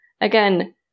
again